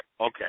okay